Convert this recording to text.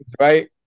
right